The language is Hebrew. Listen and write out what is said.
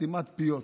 סתימת פיות,